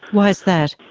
why is that?